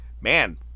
man